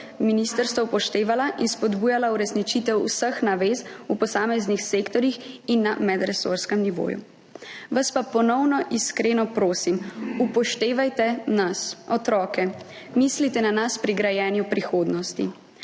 ministrstvom upoštevala in spodbujala uresničitev vseh navez v posameznih sektorjih in na medresorskem nivoju. Vas pa ponovno iskreno prosim, upoštevajte nas, otroke. Mislite na nas pri grajenju prihodnosti.